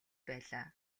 байлаа